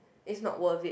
it's not worth it